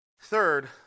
Third